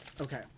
Okay